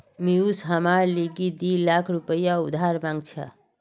पियूष हमार लीगी दी लाख रुपया उधार मांग छ